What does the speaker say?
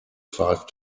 five